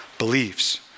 beliefs